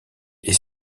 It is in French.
est